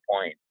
point